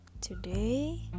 today